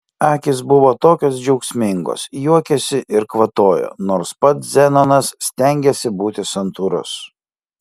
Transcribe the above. akys buvo tokios džiaugsmingos juokėsi ir kvatojo nors pats zenonas stengėsi būti santūrus